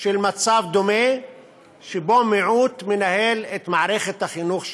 של מצב דומה שבו מיעוט מנהל את מערכת החינוך שלו.